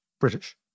British